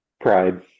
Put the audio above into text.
pride